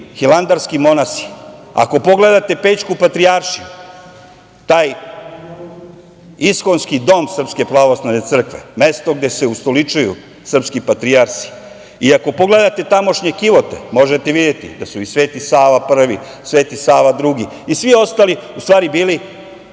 hilandarski monasi. Ako pogledate Pećku patrijaršiju, taj iskonski dom SPC, mesto gde se ustoličuju srpski patrijarsi i ako pogledate tamošnje kivote, možete videti da su i Sveti Sava prvi, Sveti Sava drugi i svi ostali u stvari bili